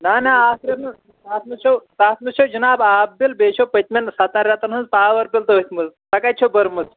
نہَ نہَ اَتھ نہَ اَتھ منٛز چھو تَتھ منٛز چھو جِناب آب بِل بیٚیہِ چھَو پٔتۍمٮ۪ن سَتَن رٮ۪تَن ہٕنٛز پاور بِل تٔتھۍ منٛز سۄ کَتہِ چھَو بٔرمٕژ